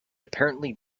apparently